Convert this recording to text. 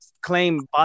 claim